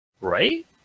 Right